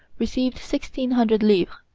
received sixteen hundred livres.